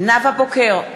נאוה בוקר,